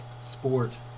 sport